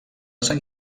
sant